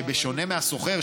שבשונה מהשוכר,